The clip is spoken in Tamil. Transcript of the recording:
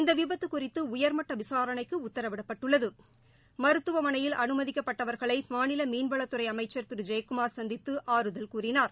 இந்த விபத்து குறித்து உயர்மட்ட விசாரணைக்கு உத்தரவிடப்பட்டுள்ளது மருத்துவமனையில் அனுமதிக்கப்பட்டவர்களை மாநில மீன்வளத்துறை அமைச்சர் திரு ஜெயக்குமார் சந்தித்து ஆறுதல் கூறினார்